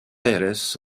aires